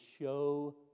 show